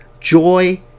Joy